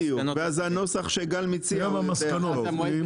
בדיוק, ואז הנוסח שגל מציע הוא יותר מתאים.